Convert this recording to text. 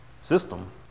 system